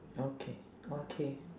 okay okay